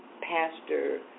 Pastor